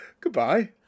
goodbye